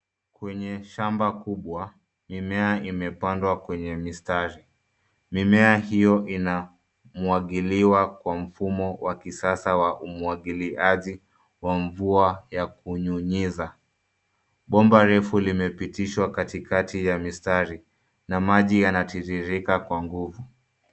Kwenye shamba kubwa, mimea imepandwa kwenye mistari. Mimea hiyo inamwagiliwa kwa mfumo wa kisasa wa umwagiliaji wa mvua ya kunyunyiza. Bomba refu limepitishwa katikati ya mistari na maji yanatiririka kwa nguvu.